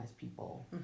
people